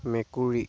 মেকুৰী